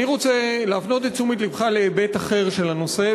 אני רוצה להפנות את תשומת לבך להיבט אחר של הנושא,